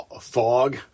fog